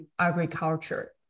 agriculture